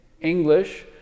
English